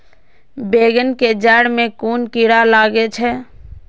बेंगन के जेड़ में कुन कीरा लागे छै?